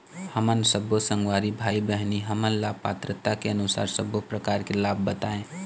हमन सब्बो संगवारी भाई बहिनी हमन ला पात्रता के अनुसार सब्बो प्रकार के लाभ बताए?